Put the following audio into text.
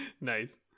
nice